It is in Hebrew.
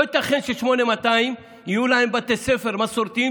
לא ייתכן של-8200 יהיו בתי ספר מסורתיים